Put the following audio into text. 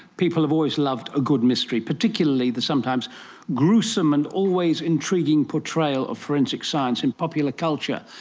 people have always loved a good mystery, particularly the sometimes gruesome and always intriguing portrayal of forensic science in popular culture.